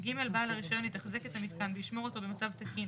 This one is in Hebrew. (ג) בעל הרישיון יתחזק את המיתקן וישמור אותו במצב תקין,